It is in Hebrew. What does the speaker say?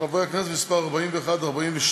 חברי הכנסת, תיקונים מס' 41 ו-42.